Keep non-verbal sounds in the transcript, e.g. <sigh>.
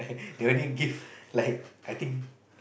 <laughs> they only give like I think